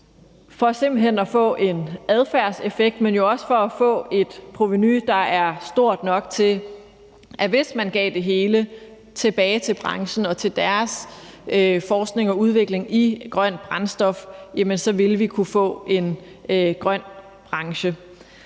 for simpelt hen at få en adfærdseffekt, men jo også for at få et provenu, der er stort nok til, at vi, hvis man gav det hele tilbage til branchen og til deres forskning og udvikling i et grønt brændstof, ville kunne få en grøn branche.